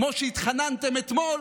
כמו שהתחננתם אתמול,